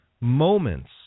moments